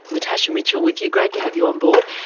natasha mitchell with you, great to have you on board.